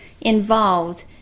involved